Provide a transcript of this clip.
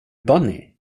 bunny